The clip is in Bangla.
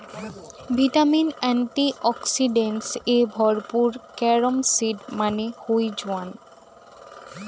ভিটামিন, এন্টিঅক্সিডেন্টস এ ভরপুর ক্যারম সিড মানে হই জোয়ান